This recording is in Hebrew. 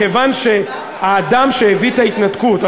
כיוון שהאדם שהביא את ההתנתקות,